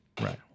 Right